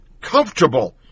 comfortable